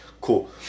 Cool